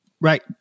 Right